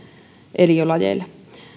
eliölajeille